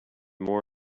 more